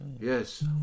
Yes